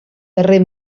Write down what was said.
darrer